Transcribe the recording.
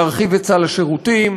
להרחיב את סל השירותים,